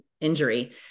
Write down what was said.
injury